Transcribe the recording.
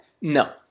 No